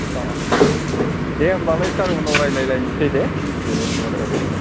औ औ दे होमबालाय सार उनाव रायलाय लायनोसै दे बिनि सोमोनदै औ दे